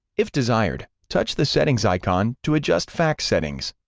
if desired, touch the settings icon to adjust fax settings.